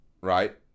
right